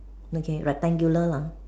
okay rectangular lah